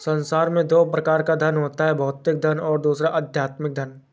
संसार में दो प्रकार का धन होता है भौतिक धन और दूसरा आध्यात्मिक धन